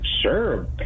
sure